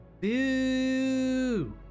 Boo